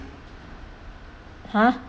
!huh!